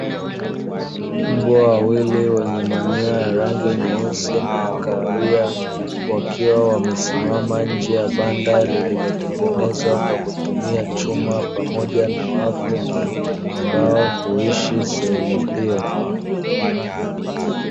Mbwa wawili wenye manyoya ya rangi nyeusi na ya kahawia, wakiwa wamesimama nje ya banda lililotengenezwa kwa kutumia chuma pamoja na wavu, ambao huishi sehemu hiyo.